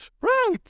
right